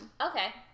Okay